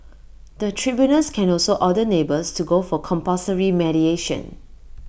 the tribunals can also order neighbours to go for compulsory mediation